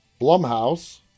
Blumhouse